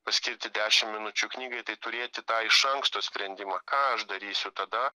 paskirti dešimt minučių knygai tai turėti tą iš anksto sprendimą ką aš darysiu tada